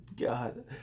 God